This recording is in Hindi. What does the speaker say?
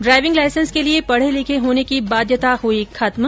ड्राइविंग लाइसेंस के लिए पढ़े लिखे होने की बाध्यता हुई खत्म